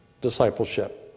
discipleship